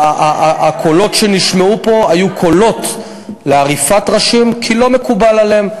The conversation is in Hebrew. והקולות שנשמעו פה היו קולות לעריפת ראשים כי לא מקובל עליהם.